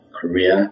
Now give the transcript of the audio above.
Korea